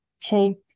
take